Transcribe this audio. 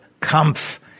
Kampf